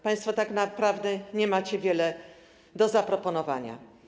Państwo tak naprawdę nie macie wiele do zaproponowania.